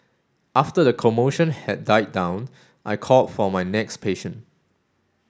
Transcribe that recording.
after the commotion had died down I called for my next patient